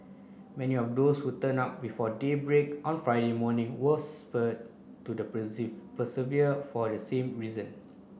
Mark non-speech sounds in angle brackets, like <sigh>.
many of those who turned up before daybreak on Friday morning were spurred to the <unintelligible> persevere for the same reason